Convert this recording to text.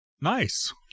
Nice